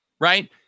right